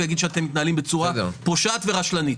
ואגיד שאתם מתנהלים בצורה פושעת ורשלנית.